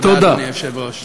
תודה, אדוני היושב-ראש.